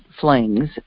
flings